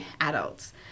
adults